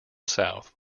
south